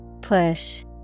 Push